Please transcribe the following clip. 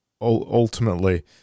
Ultimately